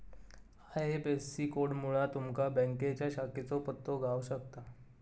IFSC कोडमुळा तुमका बँकेच्या शाखेचो पत्तो गाव शकता